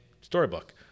Storybook